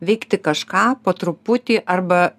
veikti kažką po truputį arba